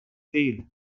değil